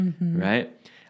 right